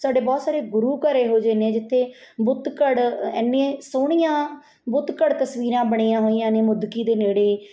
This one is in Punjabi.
ਸਾਡੇ ਬਹੁਤ ਸਾਰੇ ਗੁਰੂ ਘਰ ਇਹੋ ਜਿਹੇ ਨੇ ਜਿੱਥੇ ਬੁੱਤ ਘੜ ਇੰਨੇ ਸੋਹਣੀਆਂ ਬੁੱਤ ਘੜ ਤਸਵੀਰਾਂ ਬਣੀਆਂ ਹੋਈਆਂ ਨੇ ਮੁਦਕੀ ਦੇ ਨੇੜੇ